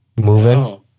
Moving